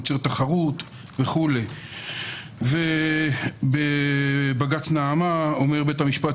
יוצר תחרות" וכו'; בבג"ץ נעמה אומר בית המשפט: